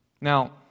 Now